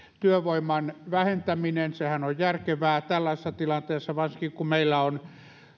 työvoiman vähentäminen sehän on järkevää tällaisessa tilanteessa varsinkin kun meillä on